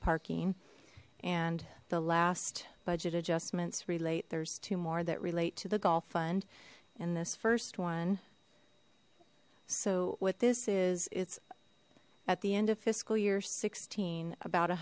parking and the last budget adjustments relate there's two more that relate to the gulf fund and this first one so what this is it's at the end of fiscal year sixteen about a